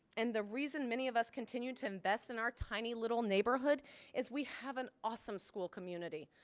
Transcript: and the reason many of us continue to invest in our tiny little neighborhood is we have an awesome school community.